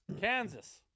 Kansas